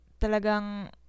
Talagang